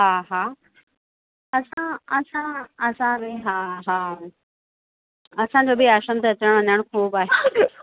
हा हा असां असां असांखे हा हा असांजो बि आश्रम ते अचणु वञणु ख़ूब आहे